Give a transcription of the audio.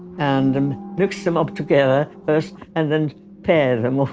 and um mix them up together first, and then pair them all.